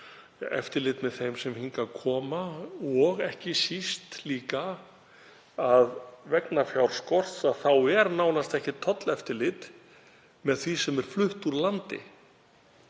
eftirlit með þeim sem hingað koma og ekki síst að vegna fjárskorts er nánast ekkert tolleftirlit með því sem flutt er úr landi,